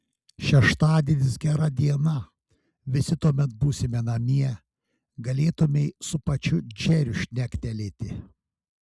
šeštadienis gera diena visi tuomet būsime namie galėtumei su pačiu džeriu šnektelėti